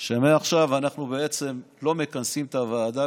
שמעכשיו אנחנו לא מכנסים את הוועדה,